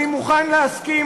אני מוכן להסכים,